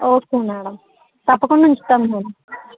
okay madam తప్పకుండా ఉంచుతాం కూ